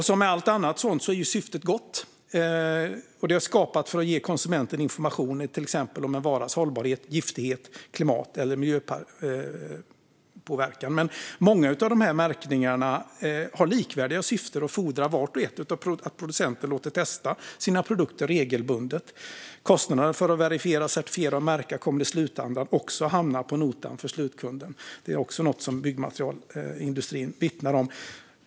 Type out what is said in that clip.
Som med allt annat sådant är ju syftet gott och skapat för att ge konsumenten information, till exempel om en varas hållbarhet, giftighet eller klimat eller miljöpåverkan. Många av märkningarna har likvärdiga syften men fordrar vart och ett att producenten låter testa sina produkter regelbundet. Kostnaderna för att verifiera, certifiera och märka kommer i slutändan att hamna på notan för slutkunden. Det är också något som byggmaterialindustrin vittnar om.